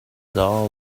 all